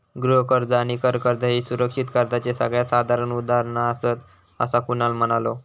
गृह कर्ज आणि कर कर्ज ह्ये सुरक्षित कर्जाचे सगळ्यात साधारण उदाहरणा आसात, असा कुणाल म्हणालो